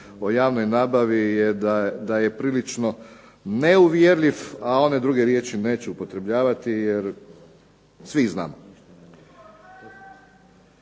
o javnoj nabavi je da je prilično neuvjerljiv, a one druge riječi neću upotrebljavati jer svi ih znamo.